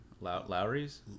Lowry's